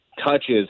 touches